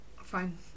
Fine